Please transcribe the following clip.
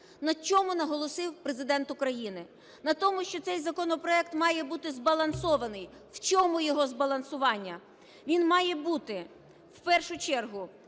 На чому наголосив Президент України? На тому, що цей законопроект має бути збалансований. В чому його збалансування? Він має бути, в першу чергу,